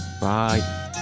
Bye